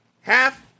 half